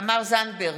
תמר זנדברג,